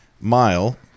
Mile